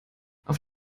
auf